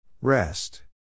Rest